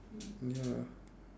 ya lah